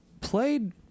played